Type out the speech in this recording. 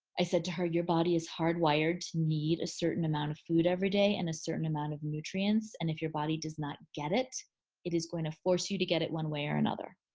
i said to her, your body is hardwired to need a certain amount of food every day and a certain amount of nutrients. and if your body does not get it it is going to force you to get it one way or another.